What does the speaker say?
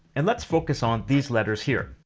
and let's focus on these letters here.